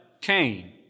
Cain